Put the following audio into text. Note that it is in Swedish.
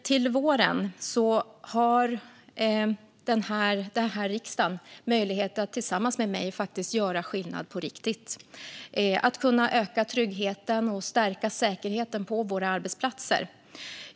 Till våren har den här riksdagen möjlighet att tillsammans med mig göra skillnad på riktigt. Det handlar om att kunna öka tryggheten och stärka säkerheten på våra arbetsplatser.